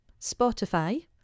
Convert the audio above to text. Spotify